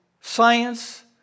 science